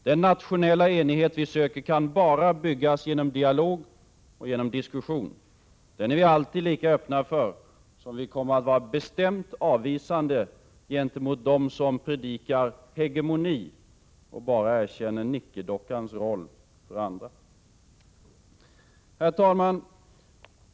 Den nationella enighet vi söker kan bara byggas genom dialog och diskussion. Den är vi alltid lika öppna för som vi kommer att vara bestämt avvisande gentemot dem som predikar ”hegemoni” och bara erkänner nickedockans roll för andra. Herr talman!